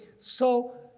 so,